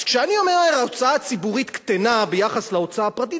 אז כשאני אומר: ההוצאה הציבורית קטנה ביחס להוצאה הפרטית,